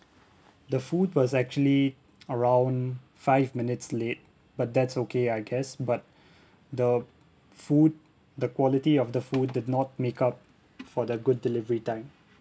the food was actually around five minutes late but that's okay I guess but the food the quality of the food did not make up for the good delivery time